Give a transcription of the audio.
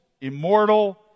immortal